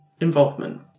involvement